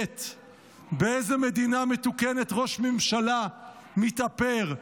--- באיזו מדינה מתוקנת ראש ממשלה מתאפר,